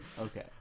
Okay